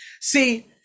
See